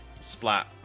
splat